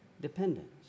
Dependence